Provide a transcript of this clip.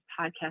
podcast